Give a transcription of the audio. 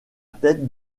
tête